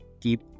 keep